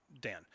Dan